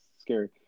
scary